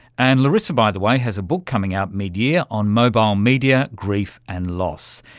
and larissa, by the way, has a book coming out mid-year on mobile media, grief and loss.